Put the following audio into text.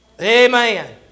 Amen